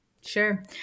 sure